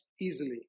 easily